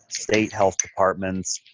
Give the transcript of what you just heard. state health departments,